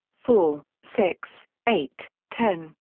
four, six, eight, ten,